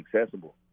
accessible